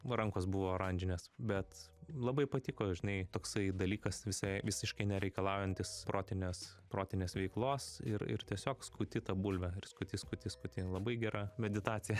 rankos buvo oranžinės bet labai patiko žinai toksai dalykas visai visiškai nereikalaujantis protinės protinės veiklos ir ir tiesiog skuti tą bulvę ir skuti skuti skuti labai gera meditacija